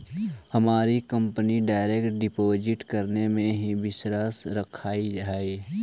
हमारी company direct deposit करने में ही विश्वास रखअ हई